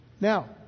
Now